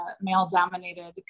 male-dominated